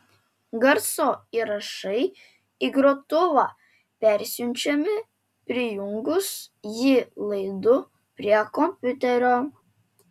garso įrašai į grotuvą persiunčiami prijungus jį laidu prie kompiuterio